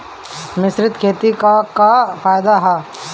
मिश्रित खेती क का फायदा ह?